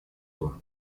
его